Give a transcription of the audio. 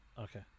Okay